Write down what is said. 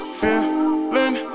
feeling